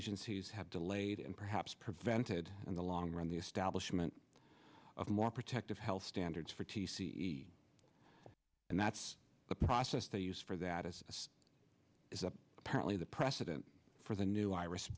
he's had delayed and perhaps prevented in the long run the establishment of more protective health standards for t c e and that's the process they use for that as this is a apparently the precedent for the new iris